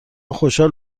خوشحال